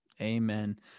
Amen